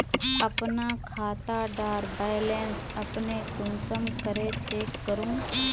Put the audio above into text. अपना खाता डार बैलेंस अपने कुंसम करे चेक करूम?